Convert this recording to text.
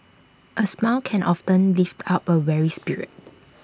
A smile can often lift up A weary spirit